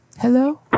Hello